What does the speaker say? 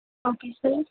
okay sir